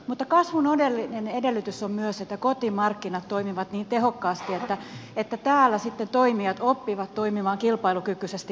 mutta kasvun oleellinen edellytys on myös että kotimarkkinat toimivat niin tehokkaasti että täällä sitten toimijat oppivat toimimaan kilpailukykyisesti markkinoilla